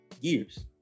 years